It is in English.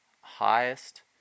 highest